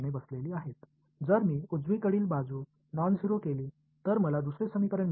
நான் வலது புறம் பூஜ்ஜியமற்றதாக மாற்றினால் இரண்டாவது சமன்பாட்டைப் பெறுகிறேன்